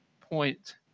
point